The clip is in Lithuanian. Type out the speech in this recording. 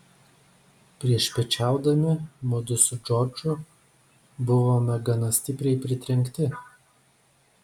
priešpiečiaudami mudu su džordžu buvome gana stipriai pritrenkti